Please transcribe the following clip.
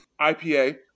IPA